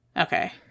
okay